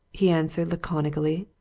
he answered laconically.